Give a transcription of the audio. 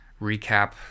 recap